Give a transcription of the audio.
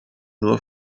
nur